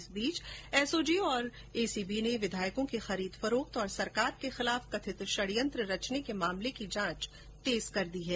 इस बीच एसओजी और एसीबी ने विधायकों की खरीद फरोख्त और सरकार के खिलाफ कथित षड़यंत्र रचने के मामले में जांच तेज कर दी है